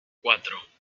cuatro